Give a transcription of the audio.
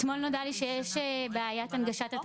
ומי שלא מודע לעניין הנגישות,